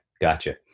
Gotcha